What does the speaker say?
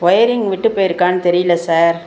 wiring விட்டு போயிருக்கான்னு தெரியல சார்